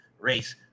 race